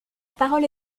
parole